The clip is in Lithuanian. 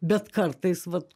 bet kartais vat